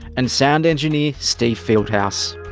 and sound engineer steve fieldhouse.